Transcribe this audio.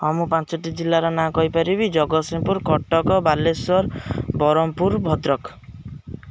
ହଁ ମୁଁ ପାଞ୍ଚଟି ଜିଲ୍ଲାର ନାଁ କହିପାରିବି ଜଗତସିଂହପୁର କଟକ ବାଲେଶ୍ୱର ବ୍ରହ୍ମପୁର ଭଦ୍ରକ